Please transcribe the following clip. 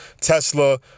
Tesla